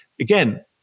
again